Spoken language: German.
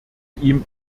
ihm